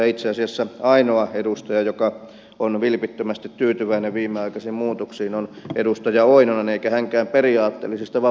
itse asiassa ainoa edustaja joka on vilpittömästi tyytyväinen viimeaikaisiin muutoksiin on edustaja oinonen eikä hänkään periaatteellisista vaan vaalitaktisista syistä